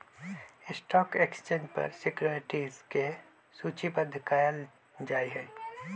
stock exchange पर securities के सूचीबद्ध कयल जाहइ